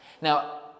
Now